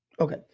Okay